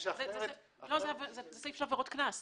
זה סעיף של עבירות קנס.